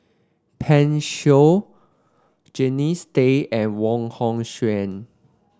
Pan Shou Jannie Tay and Wong Hong Suen